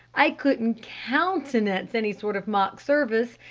i couldn't countenance any sort of mock service!